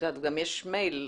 גם יש מייל,